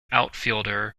outfielder